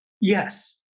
yes